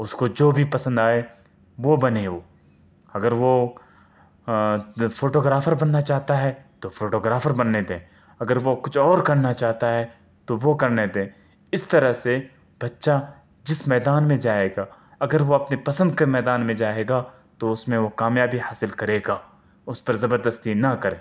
اس کو جو بھی پسند آئے وہ بنے وہ اگر وہ فوٹوگرافر بننا چاہتا ہے تو فوٹوگرافر بننے دیں اگر وہ کچھ اور کرنا چاہتا ہے تو وہ کرنے دیں اس طرح سے بچّہ جس میدان میں جائے گا اگر وہ اپنے پسند کے میدان میں جائے گا تو اس میں وہ کامیابی حاصل کرے گا اس پر زبردستی نہ کریں